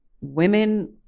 women